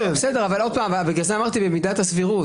לכן, אמרתי במידת הסבירות.